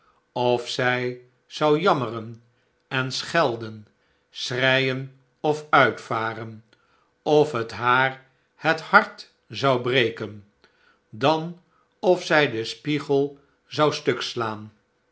of zij zou jammeren en schelden schreien of uitvaren of het haar het hart zou breken dan of zij den spiegel zou stuk slaan